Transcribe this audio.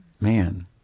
man